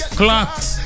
clocks